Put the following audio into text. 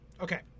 Okay